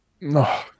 no